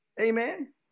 Amen